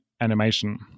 animation